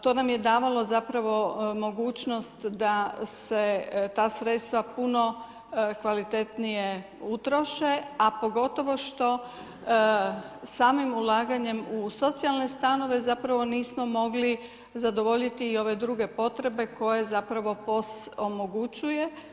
To nam je davalo zapravo mogućnost da se ta sredstva puno kvalitetnije utroše, a pogotovo što samim ulaganjem u socijalne stanove zapravo nismo mogli zadovoljiti i ove druge potrebe koje zapravo POS omogućuje.